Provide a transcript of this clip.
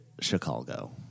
chicago